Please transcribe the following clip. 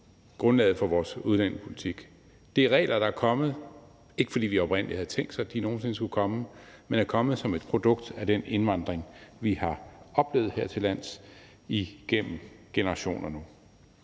grundlaget for vores udlændingepolitik. Det er regler, der er kommet, ikke fordi vi oprindelig havde tænkt os, at de nogen sinde skulle komme, men de er kommet som et produkt af den indvandring, vi har oplevet her til lands igennem generationer.